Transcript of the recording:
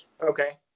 Okay